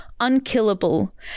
unkillable